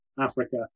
Africa